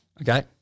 Okay